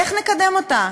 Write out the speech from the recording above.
איך נקדם אותה?